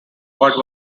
but